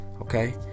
okay